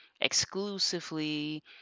exclusively